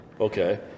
Okay